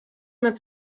mit